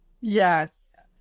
yes